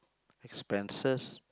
expenses